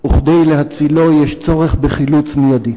וכדי להצילו יש צורך בחילוץ מיידי.